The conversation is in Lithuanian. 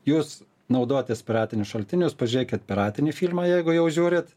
jūs naudojatės piratinius šaltinius pažiūrėkit piratinį filmą jeigu jau žiūrit